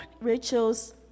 Rachel's